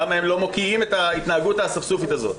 למחה הם לא מוקיעים את ההתנהגות האספסופית הזאת?